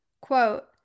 Quote